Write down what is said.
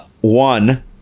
one